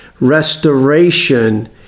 restoration